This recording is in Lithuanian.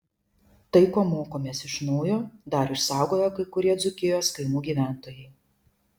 tai ko mokomės iš naujo dar išsaugojo kai kurie dzūkijos kaimų gyventojai